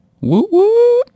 Woo-woo